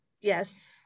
Yes